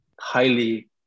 highly